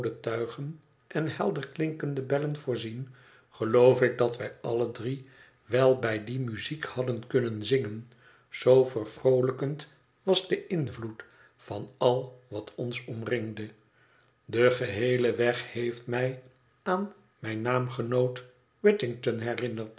tuigen en helder klinkende bellen voorzien geloof ik dat wij alle drie wel bij die muziek hadden kunnen zingen zoo vervroolijkend was de invloed van al wat ons omringde de geheele weg heeft mij aan mijn naamgenoot whittington